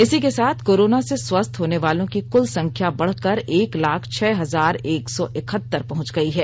इसी के साथ कोरोना से स्वस्थ होनेवालों की कुल संख्या बढ़कर एक लाख छह हजार एक सौ इकहतर पहुंच गई है